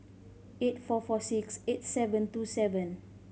eight four four six eight seven two seven